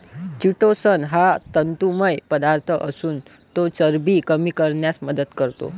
chitosan हा तंतुमय पदार्थ असून तो चरबी कमी करण्यास मदत करतो